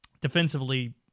defensively